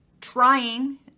trying